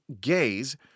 gaze